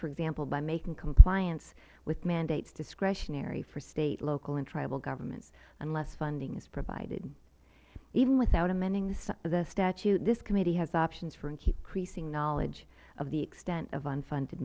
for example by making compliance with mandates discretionary for state local and tribal governments unless funding is provided even without amending the statute this committee has options for increasing knowledge of the extent of unfunded